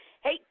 hey